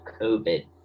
COVID